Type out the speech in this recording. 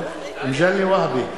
מגלי והבה,